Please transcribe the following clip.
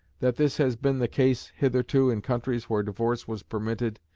that this has been the case hitherto in countries where divorce was permitted,